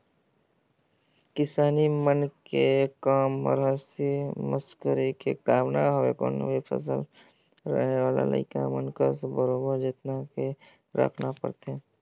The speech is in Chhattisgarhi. किसानी के कम हर हंसी मसकरी के काम न हवे कोनो भी फसल रहें ओला लइका मन कस बरोबर जेतना के राखना परथे